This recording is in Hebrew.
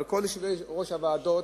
כל יושבי-ראש הוועדות